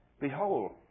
Behold